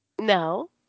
No